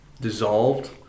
Dissolved